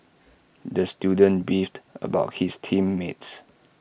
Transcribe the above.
the student beefed about his team mates